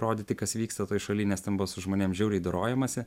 rodyti kas vyksta toj šaly nes ten buvo su žmonėm žiauriai dorojamasi